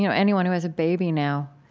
you know anyone who has a baby now,